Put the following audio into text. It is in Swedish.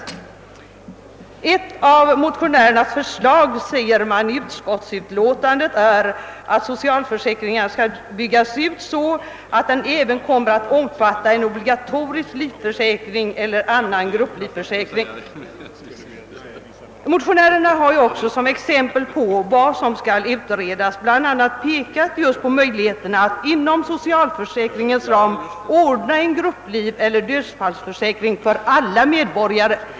I utskottsutlåtandet heter det: »Ett av motionärernas förslag — vilket dock inte kommer till tydligt uttryck i deras hemställan — är att socialförsäkringen skall byggas ut så att den även kommer att omfatta en obligatorisk livförsäkring, täckande det behov som nu i stor utsträckning tillgodoses genom tjänstegrupplivförsäkring eller annan grupplivförsäkring.» Vi motionärer har som exempel på vad som skall utredas bl a. pekat på möjligheterna att inom socialförsäkringarnas ram ordna en gruppliveller livförsäkring för alla medborgare.